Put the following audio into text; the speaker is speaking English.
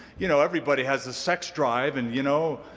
you know, everybody has a sex drive. and, you know,